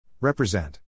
Represent